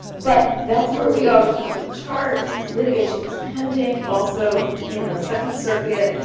but that's where we are with public charge. litigation is pending also in the second circuit,